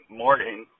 morning